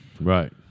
Right